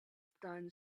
done